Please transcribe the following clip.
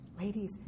ladies